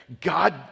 God